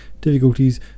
difficulties